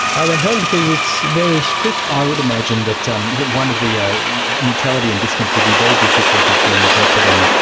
um and um because it's very strict. i would imagine that um one of the, neutrality and distance would be very difficult if you're interpreting,